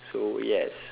so yes